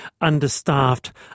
understaffed